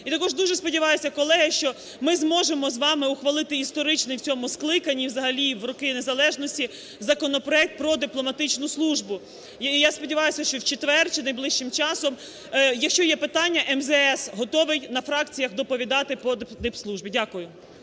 І також дуже сподіваюсь, колеги, що ми зможемо з вами ухвалити історичний в цьому скликанні і взагалі в роки незалежності законопроект про дипломатичну службу. І я сподіваюсь, що в четвер чи найближчим часом, якщо є питання, МЗС готовий на фракціях доповідати по дипслужбі. Дякую.